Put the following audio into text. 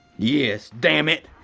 yes, damn it.